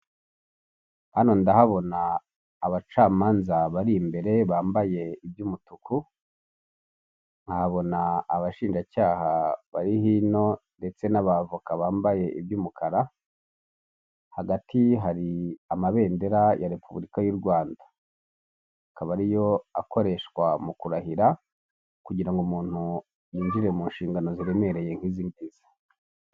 Hano ndahabona abacamanza bari imbere bambaye iby'umutuku, nkahabona abashinjacyaha bari hino ndetse n'abavoka bambaye iby'umukara, hagati hari amabendera ya repubulika yu Rwanda, akaba ariyo akoreshwa mu kurahira kugira ngo umuntu yinjire mu nshingano ziremereye nkizi ngizi.